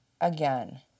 again